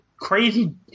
Crazy